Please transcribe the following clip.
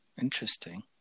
Interesting